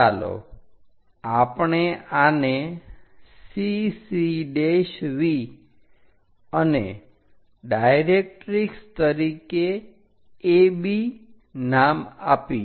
ચાલો આપણે આને CC V અને ડાયરેક્ટરીક્ષ તરીકે AB નામ આપીએ